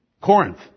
Corinth